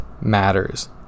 matters